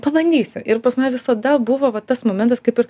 pabandysiu ir pas mane visada buvo va tas momentas kaip ir